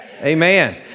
Amen